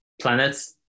planets